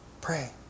pray